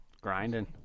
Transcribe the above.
Grinding